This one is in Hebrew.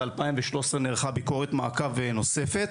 ו-2013 נערכה ביקורת מעקב נוספת.